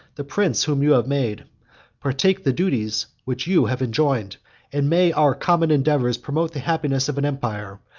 the prince whom you have made partake the duties which you have enjoined and may our common endeavors promote the happiness of an empire,